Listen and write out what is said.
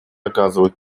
оказывают